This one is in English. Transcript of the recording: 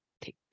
Take